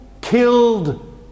killed